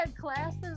classes